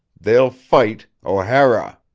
they'll fight o'hara.